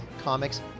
comics